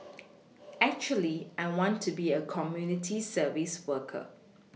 actually I want to be a community service worker